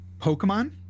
pokemon